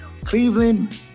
Cleveland